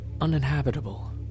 uninhabitable